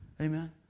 Amen